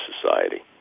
society